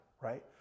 right